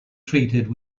treated